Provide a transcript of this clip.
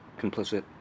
complicit